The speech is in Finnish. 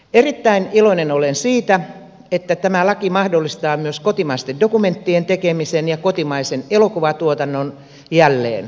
erittäin iloinen olen siitä että tämä laki mahdollistaa myös kotimaisten dokumenttien tekemisen ja kotimaisen elokuvatuotannon jälleen